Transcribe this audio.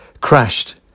crashed